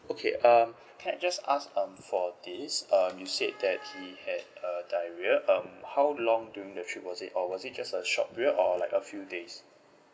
okay um can I just ask um for this um you said that he had a diarrhea um how long during the trip was it or was it just a short period or like a few days